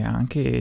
anche